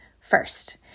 first